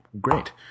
Great